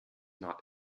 not